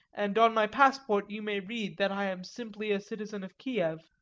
and on my passport you may read that i am simply a citizen of kiev.